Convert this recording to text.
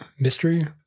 Mystery